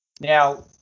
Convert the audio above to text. Now